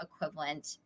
equivalent